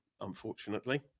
unfortunately